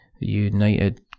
United